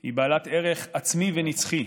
היא בעלת ערך עצמי ונצחי,